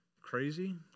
crazy